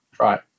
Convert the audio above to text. right